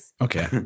Okay